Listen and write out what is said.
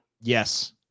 yes